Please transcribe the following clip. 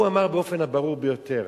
הוא אמר באופן הברור ביותר: